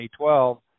2012